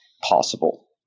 possible